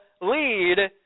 lead